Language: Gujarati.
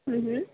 હમ હમ